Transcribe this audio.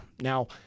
Now